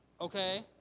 Okay